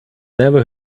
never